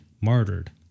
martyred